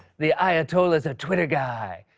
the ayatollah's a twitter guy.